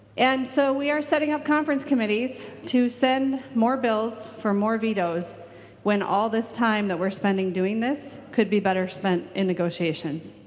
and so we are setting up conference committees to send more bills from work vetoes when all this time that we're spending doing this could be better spent in negotiation.